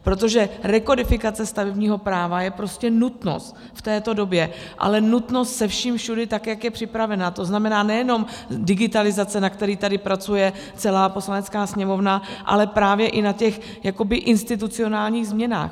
Protože rekodifikace stavebního práva je prostě nutnost v této době, ale nutnost se vším všudy tak, jak je připravená, tzn. nejenom digitalizace, na které tady pracuje celá Poslanecká sněmovna, ale právě i na těch institucionálních změnách.